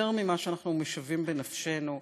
יותר ממה שאנחנו משווים בנפשנו,